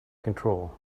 control